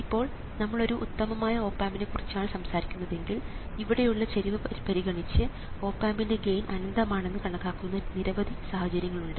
ഇപ്പോൾ നമ്മൾ ഒരു ഉത്തമമായ ഓപ് ആമ്പിനെ കുറിച്ചാണ് സംസാരിക്കുന്നതെങ്കിൽ ഇവിടെയുള്ള ചെരിവ് പരിഗണിച്ച് ഒപ് ആമ്പിന്റെ ഗെയിൻ അനന്തമാണെന്ന് കണക്കാക്കുന്ന നിരവധി സാഹചര്യങ്ങളുണ്ട്